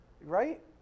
Right